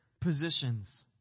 positions